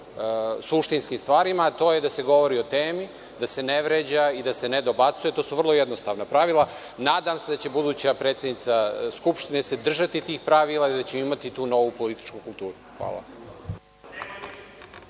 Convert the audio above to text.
suštinskim stvarima, a to je da se govori o temi, da se ne vređa, da se ne dobacuje. To su vrlo jednostavna pravila. Nadam se da će buduća predsednica Skupštine se držati tih pravila, da će imati tu novu političku kulturu. Hvala